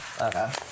Okay